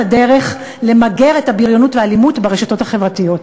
הדרך למגר את הבריונות והאלימות ברשתות החברתיות.